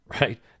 right